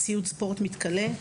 ציוד ספורט מתכלה,